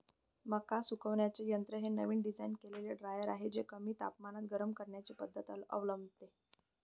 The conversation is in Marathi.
मका सुकवण्याचे यंत्र हे नवीन डिझाइन केलेले ड्रायर आहे जे कमी तापमानात गरम करण्याची पद्धत अवलंबते